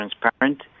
transparent